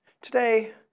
Today